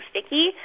sticky